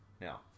now